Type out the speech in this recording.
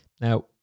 Now